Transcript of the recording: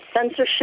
censorship